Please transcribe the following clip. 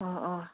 অঁ অঁ